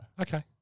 Okay